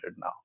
now